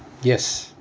yes